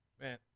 Man